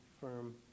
firm